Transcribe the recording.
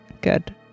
Good